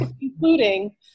including